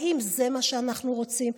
האם זה מה שאנחנו רוצים?